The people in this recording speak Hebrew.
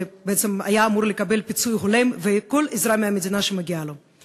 ובעצם היה אמור לקבל פיצוי הולם וכל עזרה מהמדינה שמגיעה לו.